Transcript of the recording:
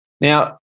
Now